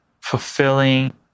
fulfilling